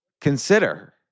consider